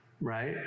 right